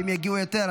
ואם יגיעו יותר,